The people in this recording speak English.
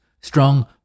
Strong